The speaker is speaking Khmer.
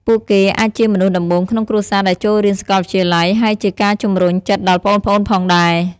ពួកគេអាចជាមនុស្សដំបូងក្នុងគ្រួសារដែលចូលរៀនសាកលវិទ្យាល័យ ហើយជាការជំរុញចិត្តដល់ប្អូនៗផងដែរ។